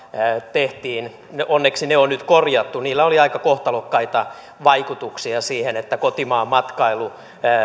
tehtiin onneksi ne on nyt korjattu niillä oli aika kohtalokkaita vaikutuksia siihen että kotimaan matkailu